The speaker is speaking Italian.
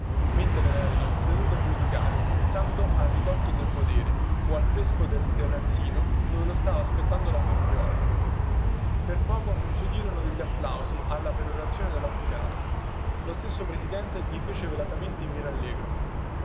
mentre era lì seduto a giudicare pensando al ricolto del podere o al fresco del terrazzino dove lo stava aspettando la famigliuola per poco non si udirono degli applausi alla perorazione dellavvocato lo stesso presidente gli fece velatamente i mirallegro